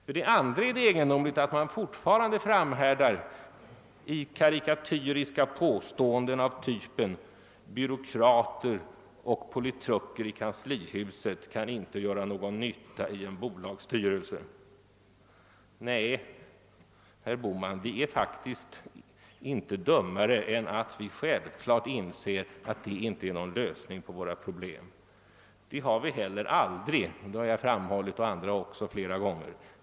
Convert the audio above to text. För det andra är det egendomligt att man fortfarande framhärdar i karikatyriska påståenden av typen »byråkrater och politruker i kanslihuset kan inte göra någon nytta i en bolagsstyrelse». Nej, herr Bohman, vi är faktiskt inte dummare än att vi själva klart inser att det inte är någon lösning på våra problem. Det har vi heller aldrig försökt göra gällande — jag har framhållit detta flera gånger.